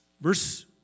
Verse